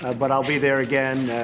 but i'll be there again.